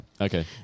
Okay